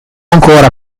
ancora